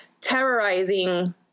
terrorizing